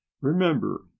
remember